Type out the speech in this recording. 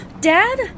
Dad